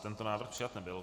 Tento návrh přijat nebyl.